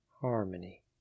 harmony